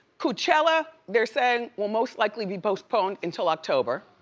coachella, they're saying, will most likely be postponed until october.